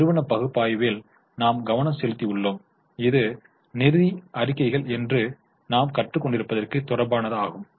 நிறுவன பகுப்பாய்வில் நாம் கவனம் செலுத்தியுள்ளோம் இது நிதி அறிக்கைகள் என்று நாம் கற்றுக் கொண்டிருப்பதற்கு தொடர்பானது ஆகும்